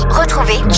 retrouvez